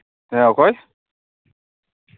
ᱦᱮᱸ ᱚᱠᱚᱭ